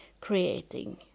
creating